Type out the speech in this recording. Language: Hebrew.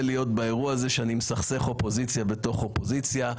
להיות באירוע הזה שאני מסכסך אופוזיציה בתוך אופוזיציה.